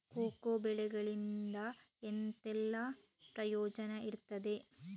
Cocoa ಬೆಳೆಗಳಿಂದ ಎಂತೆಲ್ಲ ಪ್ರಯೋಜನ ಇರ್ತದೆ?